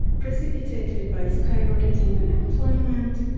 precipitated by skyrocketing unemployment,